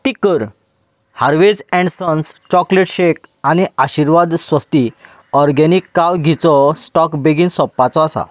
ताकतीक कर Harveys and sons chocolate shake आनी आशिर्वाद स्वस्ती ऑर्गेनीक काव घीचो स्टॉक बेगीन सोंपपाचो आसा